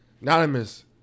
Anonymous